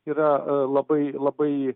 yra labai labai